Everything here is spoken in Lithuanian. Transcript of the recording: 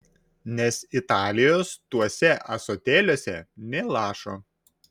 nes italijos tuose ąsotėliuose nė lašo